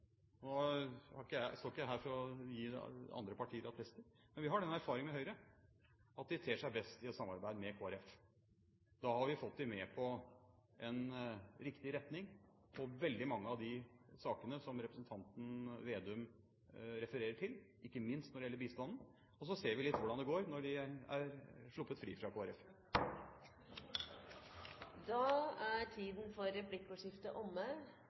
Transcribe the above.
jeg ikke her for å gi andre partier attester – at de ter seg best i et samarbeid med Kristelig Folkeparti. Da har vi fått dem med i en riktig retning når det gjelder veldig mange av de sakene som representanten Slagsvold Vedum refererer til, ikke minst når det gjelder bistanden. Så ser vi hvordan det går når de er sluppet fri fra Kristelig Folkeparti. Replikkordskiftet er omme. Det å lage et statsbudsjett handler om å ta valg for